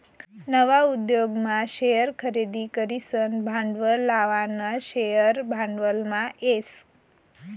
नवा उद्योगमा शेअर खरेदी करीसन भांडवल लावानं शेअर भांडवलमा येस